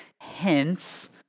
Hence